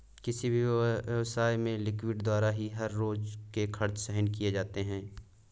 किसी भी व्यवसाय में लिक्विडिटी द्वारा ही हर रोज के खर्च सहन किए जाते हैं